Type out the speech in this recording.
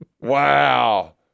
Wow